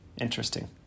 interesting